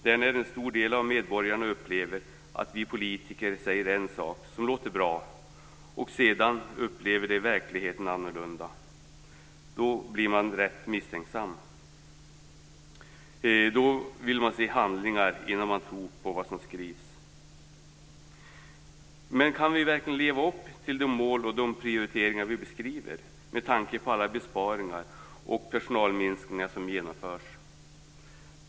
Det är när en stor del av medborgarna tycker att vi politiker säger en sak, som låter bra, och sedan upplever att verkligheten är annorlunda. Då blir de med rätta misstänksamma. Då vill de se handling innan de tror på vad som skrivs. Men kan vi verkligen leva upp till de mål och de prioriteringar vi beskriver, med tanke på alla besparingar och personalminskningar som genomförs?